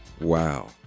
Wow